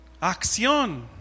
Acción